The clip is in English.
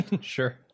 Sure